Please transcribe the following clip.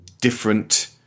different